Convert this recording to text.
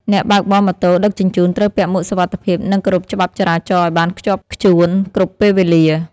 អ្នកបើកបរម៉ូតូដឹកជញ្ជូនត្រូវពាក់មួកសុវត្ថិភាព និងគោរពច្បាប់ចរាចរណ៍ឱ្យបានខ្ជាប់ខ្ជួនគ្រប់ពេលវេលា។